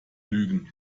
lügen